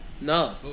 No